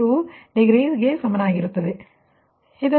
2 degree ಸಮಾನವಾಗಿರುತ್ತದೆ